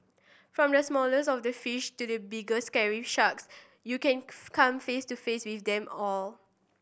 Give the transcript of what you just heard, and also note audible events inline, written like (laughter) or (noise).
from the smallest of the fish to the big scary sharks you can (unintelligible) come face to face with them all